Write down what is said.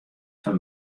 foar